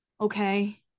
Okay